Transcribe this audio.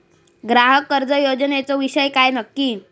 ग्राहक कर्ज योजनेचो विषय काय नक्की?